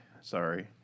Sorry